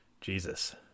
Jesus